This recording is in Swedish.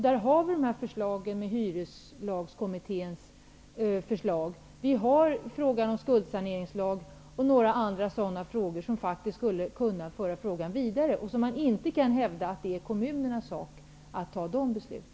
Då har vi Hyreslagskommitténs förslag, förslaget om en skuldsaneringslag och en del annat som faktiskt skulle kunna föra frågan vidare, och man kan inte hävda att det är kommunernas ansvar att fatta dessa beslut.